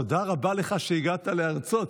תודה רבה לך שהגעת להרצאה,